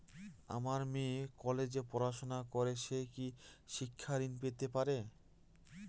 আমার মেয়ে কলেজে পড়াশোনা করে সে কি শিক্ষা ঋণ পেতে পারে?